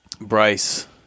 Bryce